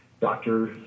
Doctor